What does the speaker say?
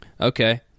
Okay